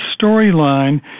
storyline